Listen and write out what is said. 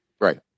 right